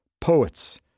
poets